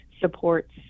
supports